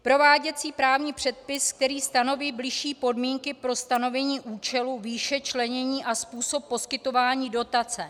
prováděcí právní předpis, který stanoví bližší podmínky pro stanovení účelu, výše, členění a způsob poskytování dotace.